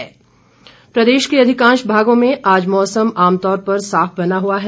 मौसम प्रदेश के अधिकांश भागों में आज मौसम आमतौर पर साफ बना हुआ है